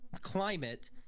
climate